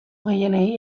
gehienei